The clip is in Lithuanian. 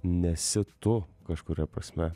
nesi tu kažkuria prasme